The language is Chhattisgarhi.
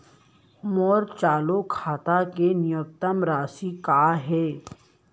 मोर चालू खाता के न्यूनतम राशि का हे?